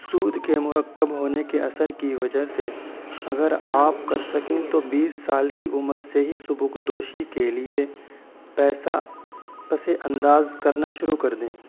سود کے مرکب ہونے کے اثر کی وجہ سے اگر آپ کر سکیں تو بیس سال کی عمر سے ہی سبکدوشی کے لیے پیسہ پس انداز کرنا شروع کر دیں